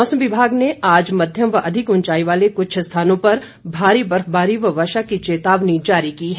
मौसम विभाग ने आज मध्यमव अधिक उंचाई वाले कुछ स्थानों पर भारी बर्फबारी व वर्षा की चेतावनी जारी की है